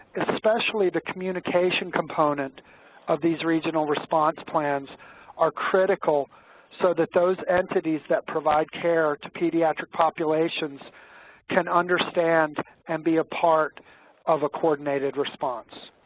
especially the communication component of these regional response plans are critical so that those entities that provide care to pediatric populations can understand and be a part of a coordinated response.